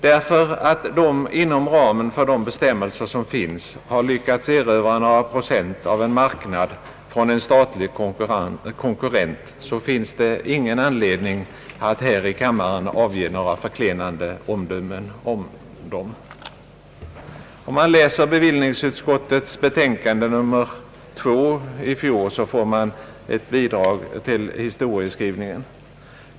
Därför att de inom ramen för de bestämmelser som finns har lyckats erövra några procent av en marknad från en konkurrent, finns det ingen anledning att här i kammaren avge några förklenande omdömen om dem. Om man läser bevillningsutskottets betänkande nr 2 från i fjol får man ett bidrag till historieskrivningen.